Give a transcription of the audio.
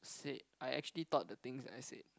said I actually thought the things that I said